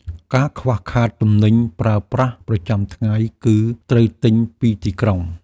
ការខ្វះខាតទំនិញប្រើប្រាស់ប្រចាំថ្ងៃ គឺត្រូវទិញពីទីក្រុង។